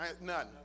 None